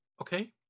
okay